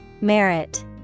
Merit